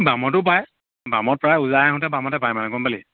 বামতো পায় বামত পায় ওজাই আহোঁতে বামতে পায় মানে গম পালি